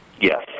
Yes